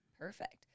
Perfect